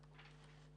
שלום לכולם.